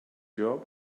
job